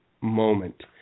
moment